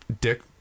dick